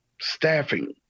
staffing